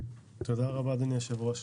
תודה רבה אדוני היושב ראש.